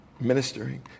Ministering